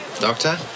Doctor